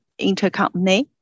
intercompany